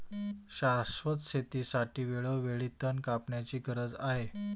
शाश्वत शेतीसाठी वेळोवेळी तण कापण्याची गरज आहे